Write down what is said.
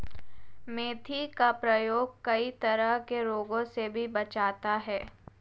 मेथी का प्रयोग कई तरह के रोगों से भी बचाता है